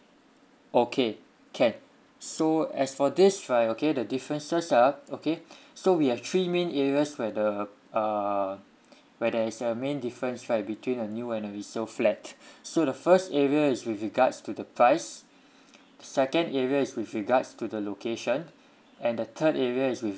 okay can so as for this right okay the differences ah okay so we have three main areas where the err where there is a main difference right between a new and a resale flat so the first area is with regards to the price second area is with regards to the location and the third area is with